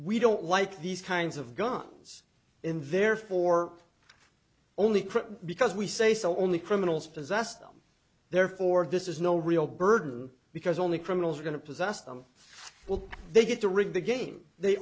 we don't like these kinds of guns in there for only because we say so only criminals possess them therefore this is no real burden because only criminals are going to possess them when they get the ring the game they